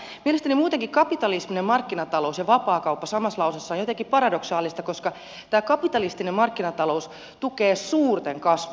mielestäni muutenkin kapitalistinen markkinatalous ja vapaakauppa samassa lauseessa on jotenkin paradoksaalista koska kapitalistinen markkinatalous tukee suurten kasvua